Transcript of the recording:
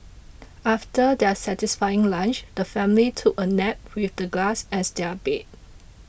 after their satisfying lunch the family took a nap with the grass as their bed